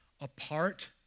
Apart